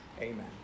Amen